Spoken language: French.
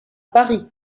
paris